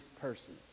person